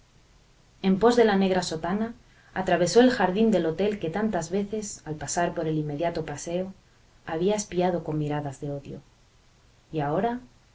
en pos de la negra sotana atravesó el jardín del hotel que tantas veces al pasar por el inmediato paseo había espiado con miradas de odio y ahora